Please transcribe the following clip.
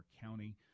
county